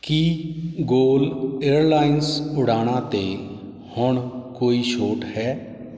ਕੀ Gol airlines ਉਡਾਣਾਂ 'ਤੇ ਹੁਣ ਕੋਈ ਛੋਟ ਹੈ